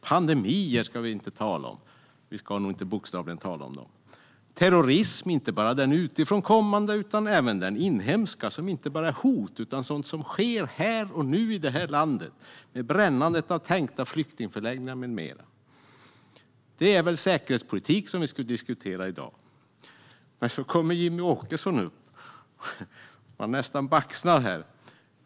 Pandemier ska vi inte glömma, och inte heller terrorism, inte bara den utifrån kommande utan även den inhemska, som inte bara är ett hot utan sådant som sker här och nu i detta land med brännande av tänkta flyktingförläggningar med mera. Det är väl säkerhetspolitik som vi ska diskutera i dag? Så kom Jimmie Åkesson upp i talarstolen. Man nästan baxnar.